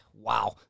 Wow